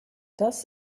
das